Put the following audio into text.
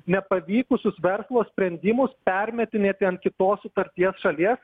nepavykusius verslo sprendimus permetinėti ant kitos sutarties šalies